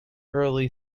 early